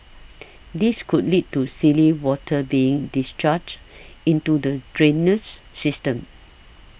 this could lead to silty water being discharged into the drainage system